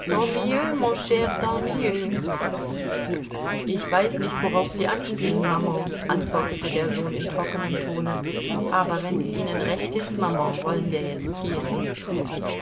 ich weiß nicht worauf sie anspielen maman antwortete der sohn in trockenem tone aber wenn's ihnen recht ist maman wollen wir jetzt gehen